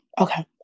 okay